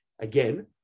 again